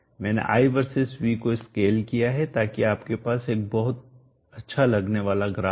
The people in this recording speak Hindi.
मैंने i वर्सेस v को स्केल किया है ताकि आपके पास एक बहुत अच्छा लगने वाला ग्राफ हो